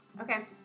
okay